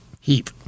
heap